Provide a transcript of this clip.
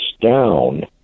down